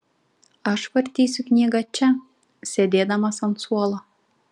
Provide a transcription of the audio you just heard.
aš vartysiu knygą čia sėdėdamas ant suolo